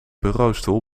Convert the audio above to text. bureaustoel